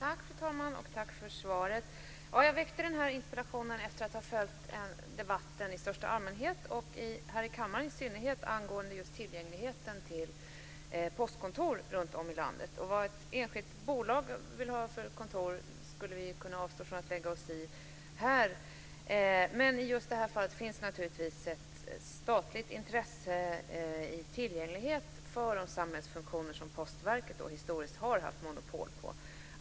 Fru talman! Tack för svaret! Jag väckte interpellationen efter att ha följt debatten i största allmänhet och debatten här i kammaren i synnerhet angående just tillgängligheten när det gäller postkontor runtom i landet. Vad ett enskilt bolag vill ha för kontor skulle vi här kunna avstå från att lägga oss i, men i just detta fall finns det naturligtvis ett statligt intresse vad gäller tillgänglighet för de samhällsfunktioner som Postverket historiskt har haft monopol på.